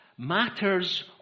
matters